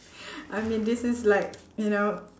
I mean this is like you know